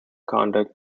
conduct